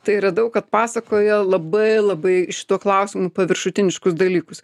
tai yra daug kad pasakoja labai labai šituo klausimu paviršutiniškus dalykus